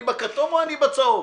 אני בכתום או בצהוב?